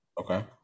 Okay